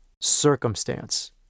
circumstance